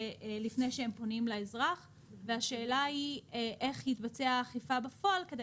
לפני שהם פונים לאזרח והשאלה היא איך תתבצע האכיפה בפועל כדי